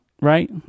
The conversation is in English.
right